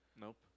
Nope